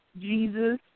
Jesus